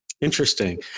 Interesting